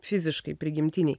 fiziškai prigimtiniai